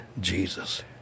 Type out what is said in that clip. Jesus